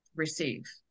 receive